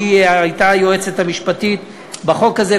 שהייתה היועצת המשפטית בחוק הזה.